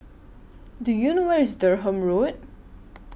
Do YOU know Where IS Durham Road